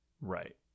Right